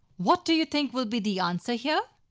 what do you think will be the answer here?